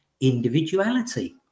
individuality